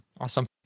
Awesome